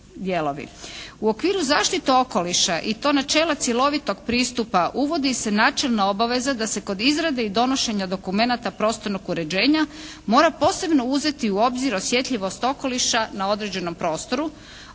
U okviru zaštite okoliša, i to načela cjelovitog pristupa uvodi se načelna obaveza da se kod izrade i donošenja dokumenta prostornog uređenja mora posebno uzeti u obzir osjetljivost okoliša na određenom prostoru,